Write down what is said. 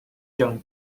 جان